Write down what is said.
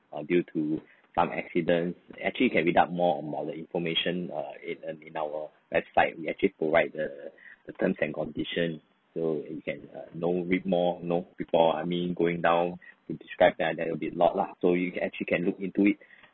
uh due to some accidents actually you can read up more about the information uh it uh in our website it actually provide the the terms and condition so you can uh know read more know before I mean going down to describe that that'll be a lot lah so you can actually can look into it